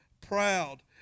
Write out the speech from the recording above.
proud